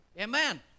amen